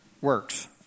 works